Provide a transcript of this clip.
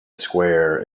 square